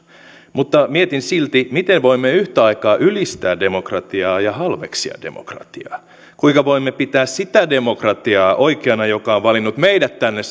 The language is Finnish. mutta mietin silti miten voimme yhtä aikaa ylistää demokratiaa ja halveksia demokratiaa kuinka voimme pitää sitä demokratiaa oikeana joka on valinnut meidät tänne